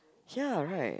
ya right